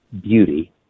beauty